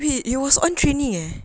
wait it was on training eh